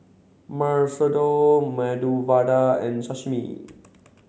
Masoor Dal Medu Vada and Sashimi